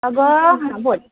अग हां बोल